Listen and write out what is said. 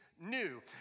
new